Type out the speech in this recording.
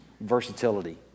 versatility